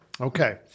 okay